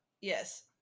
Yes